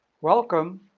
Welcome